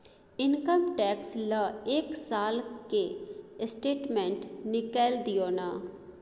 Income tax ल एक साल के स्टेटमेंट निकैल दियो न?